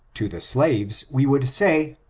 to the slaves we would say,